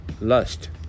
lust